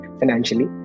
financially